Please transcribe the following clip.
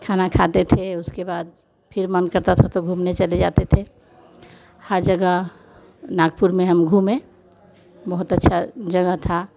खाना खाते थे उसके बाद फिर मन करता था तो घूमने चले जाते थे हर जगह नागपुर में हम घूमे बहुत अच्छी जगह थी